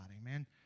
Amen